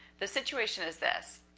the situation is this,